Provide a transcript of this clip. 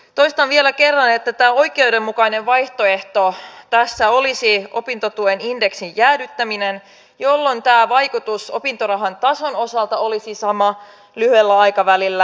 toistan vielä kerran että oikeudenmukainen vaihtoehto tässä olisi opintotuen indeksin jäädyttäminen jolloin tämä vaikutus opintorahan tason osalta olisi sama lyhyellä aikavälillä